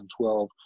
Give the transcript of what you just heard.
2012